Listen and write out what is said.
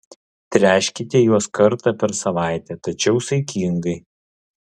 tręškite juos kartą per savaitę tačiau saikingai